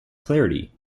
clarity